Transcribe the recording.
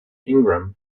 ingram